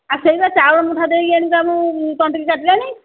ସେଇବା ଚାଉଳ ମୁଠାଏ ଦେଇକି ଏଣିକି ଆମକୁ ତଣ୍ଟିକୁ କାଟିଲଣି